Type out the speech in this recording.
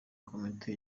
komite